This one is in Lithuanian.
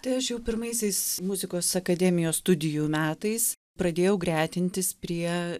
tai aš jau pirmaisiais muzikos akademijos studijų metais pradėjau gretintis prie